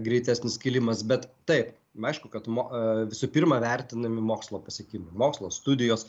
greitesnis kilimas bet taip aišku kad mo visų pirma vertinami mokslo pasiekimai mokslo studijos